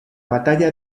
batalla